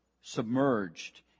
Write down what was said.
submerged